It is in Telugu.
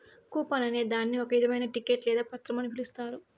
కూపన్ అనే దాన్ని ఒక ఇధమైన టికెట్ లేదా పత్రం అని పిలుత్తారు